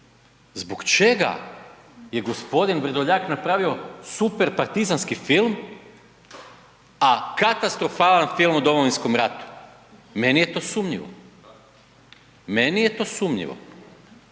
Zbog čega je gospodin Vrdoljak napravio super partizanski film, a katastrofalan film o Domovinskom ratu meni je to sumnjivo. Meni je to sumnjivo.